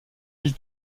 ils